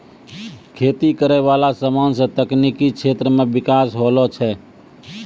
खेती करै वाला समान से तकनीकी क्षेत्र मे बिकास होलो छै